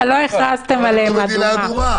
לא הכרזתם עליה מדינה אדומה.